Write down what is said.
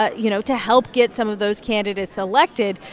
ah you know, to help get some of those candidates elected,